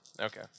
Okay